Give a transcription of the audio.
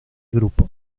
grupo